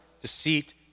deceit